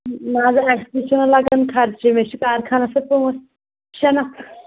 مان ژٕ اَسہِ تہِ چھُ نہ لگان خرچہٕ مےٚ چھُ کارکھنَس پٮ۪ٹھ پانٛژھ شیٚے نفر